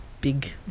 big